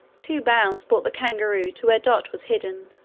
two bounds brought the kangaroo to where dot was hidden.